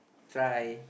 try